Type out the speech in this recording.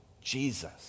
Jesus